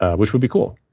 ah which would be cool.